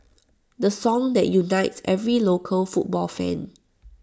the song that unites every local football fan